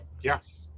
Yes